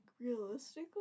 realistically